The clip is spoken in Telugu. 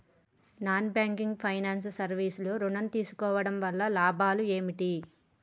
నాన్ బ్యాంకింగ్ ఫైనాన్స్ సర్వీస్ లో ఋణం తీసుకోవడం వల్ల లాభాలు ఏమిటి?